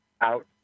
out